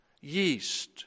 yeast